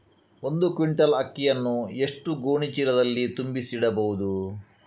ಒಂದು ಕ್ವಿಂಟಾಲ್ ಅಕ್ಕಿಯನ್ನು ಎಷ್ಟು ಗೋಣಿಚೀಲದಲ್ಲಿ ತುಂಬಿಸಿ ಇಡಬಹುದು?